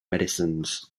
medicines